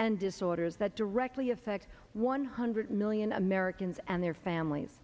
and disorders that directly affect one hundred million americans and their families